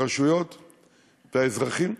הרשויות והאזרחים,